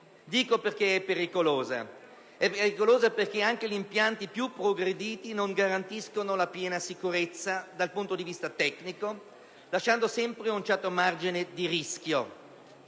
il motivo per cui è pericolosa: anche gli impianti più progrediti non garantiscono la piena sicurezza dal punto di vista tecnico, lasciando sempre un certo margine di rischio.